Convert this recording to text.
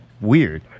weird